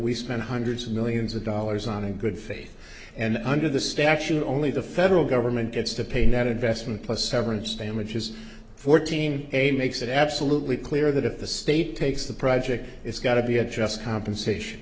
we spent hundreds of millions of dollars on in good faith and under the statute only the federal government gets to pay net investment plus severance damages fourteen a makes it absolutely clear that if the state takes the project it's got to be a just compensation